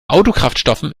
autokraftstoffen